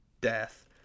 death